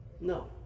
No